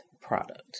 product